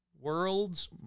world's